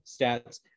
stats